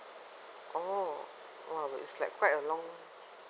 oh oh I was like quite a long